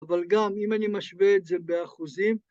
אבל גם אם אני משווה את זה באחוזים...